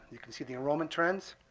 you can see the enrollment trends.